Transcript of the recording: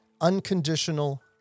unconditional